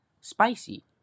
spicy